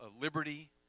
liberty